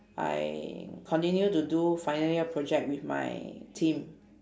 I continue to do final year project with my team